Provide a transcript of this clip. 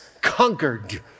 conquered